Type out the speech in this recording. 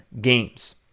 games